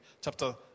chapter